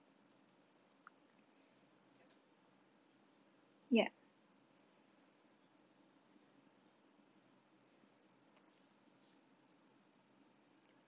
yup